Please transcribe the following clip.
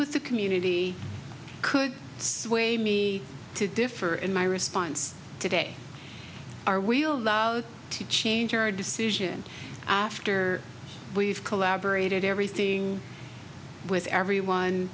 with the community could sway me to differ in my response today are we allowed to change our decision after we've collaborated everything with everyone